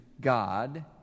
god